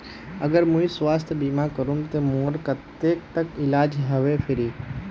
अगर मुई स्वास्थ्य बीमा करूम ते मोर कतेक तक इलाज फ्री होबे?